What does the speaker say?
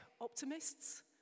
optimists